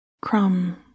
Crumb